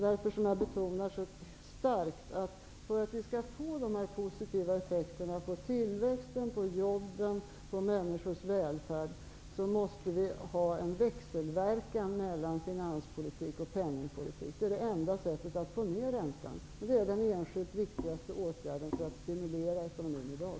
Därför betonar jag starkt att vi, för att vi skall få de positiva effekterna på tillväxten, jobben och människornas välfärd, måste ha en växelverkan mellan finanspolitik och penningpolitik. Det är det enda sättet att få ner räntan. Det är den enskilt viktigaste åtgärden för att stimulera ekonomin i dag.